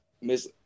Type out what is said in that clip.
Miss